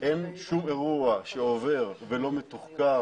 כאשר מוקם מתקן